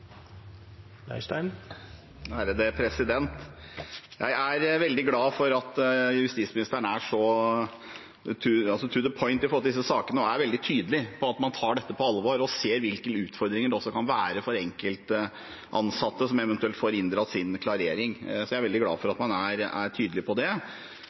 så «to the point» i disse sakene og er veldig tydelig på at man tar dette på alvor og ser hvilke utfordringer det kan være for enkelte ansatte som eventuelt får inndratt sin klarering. Jeg er veldig glad for at man er tydelig på det.